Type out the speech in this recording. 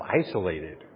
isolated